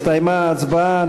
הסתיימה ההצבעה.